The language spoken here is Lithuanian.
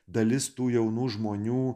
dalis tų jaunų žmonių